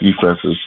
defenses